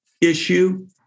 issue